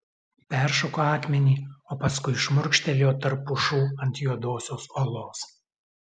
peršoko akmenį o paskui šmurkštelėjo tarp pušų ant juodosios uolos